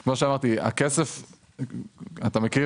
הוא נמצא במשרד האוצר?